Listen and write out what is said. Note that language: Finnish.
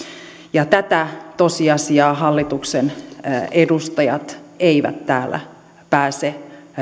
ja tätä tosiasiaa hallituksen edustajat eivät täällä pääse